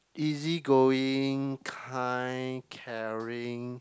easy going kind caring